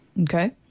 Okay